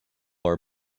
are